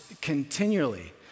continually